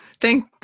thank